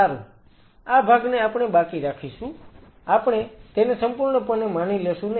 સારું આ ભાગને આપણે બાકી રાખીશું આપણે તેને સંપૂર્ણપણે માની લેશું નહિ